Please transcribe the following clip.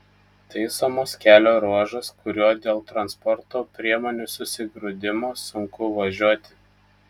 taisomas kelio ruožas kuriuo dėl transporto priemonių susigrūdimo sunku važiuoti